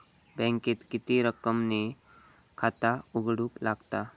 बँकेत किती रक्कम ने खाता उघडूक लागता?